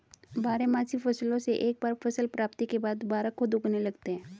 बारहमासी फसलों से एक बार फसल प्राप्ति के बाद दुबारा खुद उगने लगते हैं